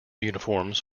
uniforms